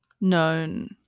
known